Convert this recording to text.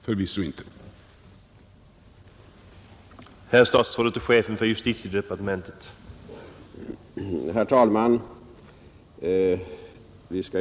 Förvisso rimligen inte!